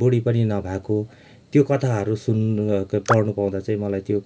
बुढी पनि नभएको त्यो कथाहरू सुन्नु पढ्नु पाउँदा चाहिँ म त्यो